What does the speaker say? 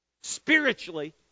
spiritually